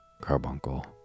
Carbuncle